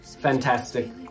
Fantastic